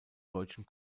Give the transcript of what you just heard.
deutschen